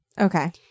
Okay